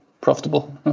profitable